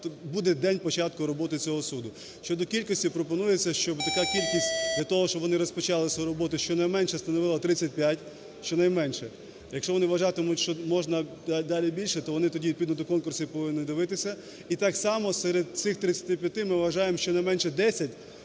буде день початку роботи цього суду. Щодо кількості. Пропонується, щоб така кількість, для того щоб вони розпочали свою роботу, щонайменше становила 35, щонайменше.А якщо вони вважатимуть, що можна далі більше, то вони тоді відповідно до конкурсів повинні дивитися. І так само серед цих 35, ми вважаємо, що найменше 10